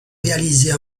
réaliser